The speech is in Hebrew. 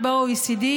כמעט הכי פחות ב-OECD,